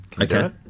okay